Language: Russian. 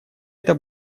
эта